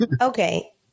okay